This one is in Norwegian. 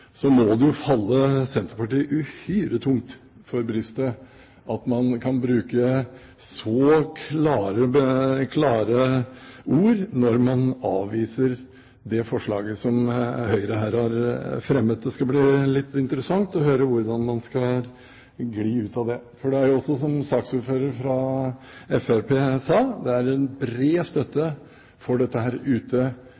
må det jo falle Senterpartiet uhyre tungt for brystet at man kan bruke så klare ord når man avviser det forslaget som Høyre her har fremmet. Det skal bli litt interessant å høre hvordan man skal gli ut av det. For det er også, som saksordføreren fra Fremskrittspartiet sa, en bred støtte